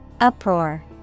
Uproar